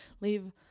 Leave